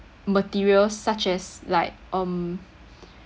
materials such as like um